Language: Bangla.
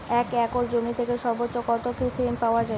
এক একর জমি থেকে সর্বোচ্চ কত কৃষিঋণ পাওয়া য়ায়?